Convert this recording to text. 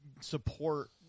support